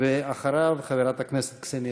ואחריו, חברת הכנסת קסניה